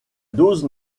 dose